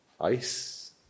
Ice